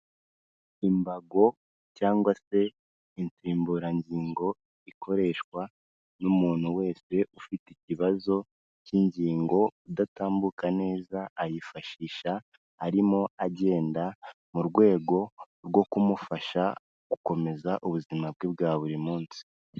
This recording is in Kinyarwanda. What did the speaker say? Imbago cyangwa se insimburangingo ikoreshwa n'umuntu wese ufite ikibazo cy'ingingo udatambuka neza, ayifashisha arimo agenda mu rwego rwo kumufasha gukomeza ubuzima bwe bwa buri munsi.